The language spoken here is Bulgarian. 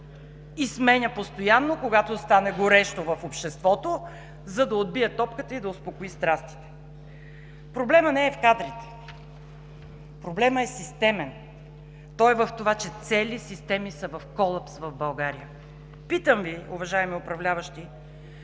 и сменя постоянно, когато стане горещо в обществото, за да отбие топката и да успокои страстите. Проблемът не е в кадрите. Проблемът е системен, той е в това, че цели системи са в колапс в България. Питам Ви, уважаеми управляващи: